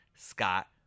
Scott